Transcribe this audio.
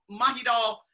Mahidol